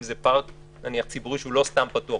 אם זה פארק ציבורי נניח שהוא לא סתם פתוח,